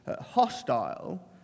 hostile